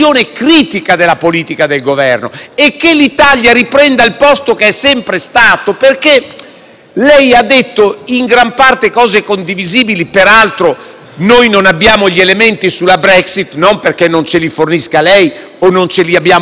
Lei ha detto in gran parte cose condivisibili e, peraltro, noi non abbiamo gli elementi sulla Brexit non perché non ce li fornisca lei o non ce li abbiamo noi, ma perché non li forniscono gli inglesi, perché hanno una situazione molto difficile.